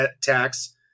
tax